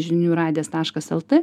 žinių radijas taškas lt